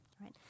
right